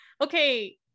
okay